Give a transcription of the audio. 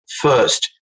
first